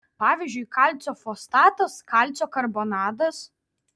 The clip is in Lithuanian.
pavyzdžiui kalcio fosfatas kalcio karbonatas